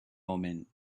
omen